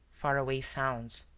faraway sounds.